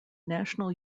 national